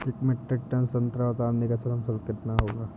एक metric tonne संतरा उतारने का श्रम शुल्क कितना होगा?